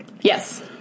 Yes